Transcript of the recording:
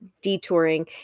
detouring